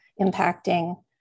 impacting